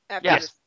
Yes